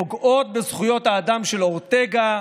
פוגעות בזכויות האדם של אורטגה,